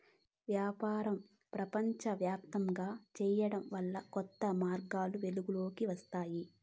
వ్యాపారం ప్రపంచవ్యాప్తంగా చేరడం వల్ల కొత్త మార్గాలు వెలుగులోకి వస్తాయి